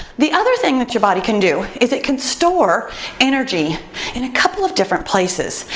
the other thing that your body can do is it can store energy in a couple of different places.